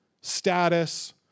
status